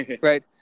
Right